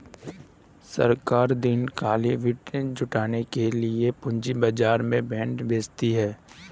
सरकार दीर्घकालिक वित्त जुटाने के लिए पूंजी बाजार में बॉन्ड बेचती है